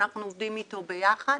אנחנו עובדים איתו ביחד.